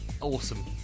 awesome